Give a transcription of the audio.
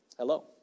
hello